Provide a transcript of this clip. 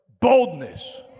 Boldness